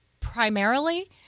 Primarily